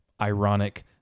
ironic